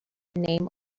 name